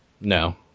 No